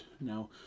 Now